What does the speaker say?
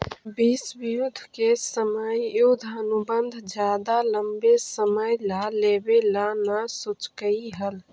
विश्व युद्ध के समय युद्ध अनुबंध ज्यादा लंबे समय ला लेवे ला न सोचकई हल